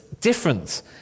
different